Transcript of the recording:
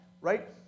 right